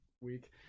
week